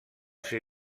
ser